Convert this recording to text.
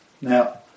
Now